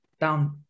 down